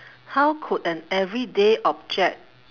how could an everyday object